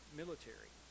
military